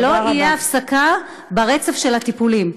ולא תהיה הפסקה ברצף הטיפולים.